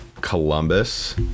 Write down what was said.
Columbus